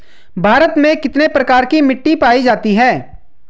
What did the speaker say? भारत में कितने प्रकार की मिट्टी पाई जाती हैं?